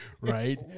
Right